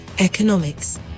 Economics